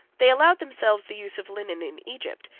they allowed themselves the use of linen in egypt,